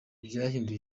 byahinduye